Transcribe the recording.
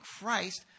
Christ